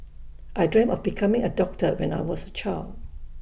I dreamt of becoming A doctor when I was A child